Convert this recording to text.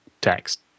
text